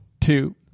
two